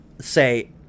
say